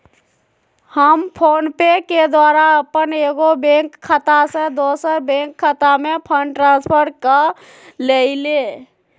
हम फोनपे के द्वारा अप्पन एगो बैंक खता से दोसर बैंक खता में फंड ट्रांसफर क लेइले